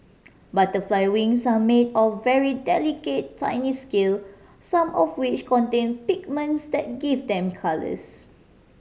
butterfly wings are made of very delicate tiny scale some of which contain pigments that give them colours